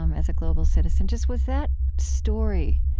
um as a global citizen just was that story,